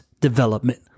development